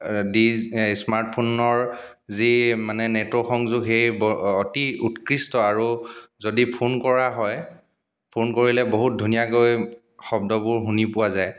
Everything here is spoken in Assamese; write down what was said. স্মাৰ্তফোনৰ যি মানে নেটৱৰ্ক সংযোগ সেই অতি উৎকৃষ্ট আৰু যদি ফোন কৰা হয় ফোন কৰিলে বহুত ধুনীয়াকৈ শব্দবোৰ শুনি পোৱা যায়